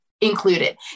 included